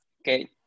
okay